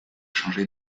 changé